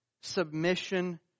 submission